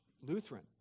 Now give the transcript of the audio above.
Lutheran